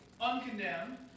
uncondemned